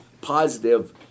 positive